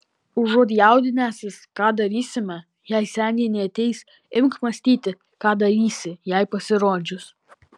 užuot jaudinęsis ką darysime jei senė neateis imk mąstyti ką darysi jai pasirodžius